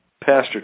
Pastor